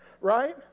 Right